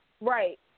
Right